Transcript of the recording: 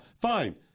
fine